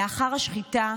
לאחר השחיטה,